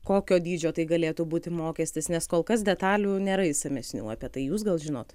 kokio dydžio tai galėtų būti mokestis nes kol kas detalių nėra išsamesnių apie tai jūs gal žinot